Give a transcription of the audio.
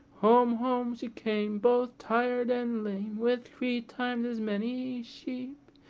home, home she came, both tired and lame, with three times as many sheep.